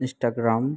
Instagram